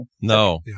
No